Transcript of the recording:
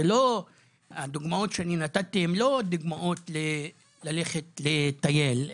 הדוגמאות שאני נתתי הם לא דוגמאות ללכת לטייל,